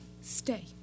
stay